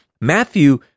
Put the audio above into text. Matthew